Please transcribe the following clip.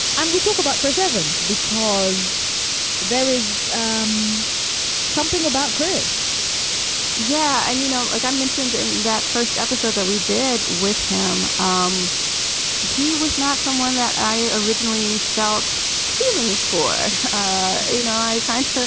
and we talk about chris evans, because there is um something about chris yeah and, you know, like i mentioned in that first episode that we did with him um he was not someone that i originally felt feelings for you know, i kind of ah